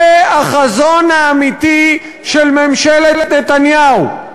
זה החזון האמיתי של ממשלת נתניהו.